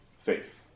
faith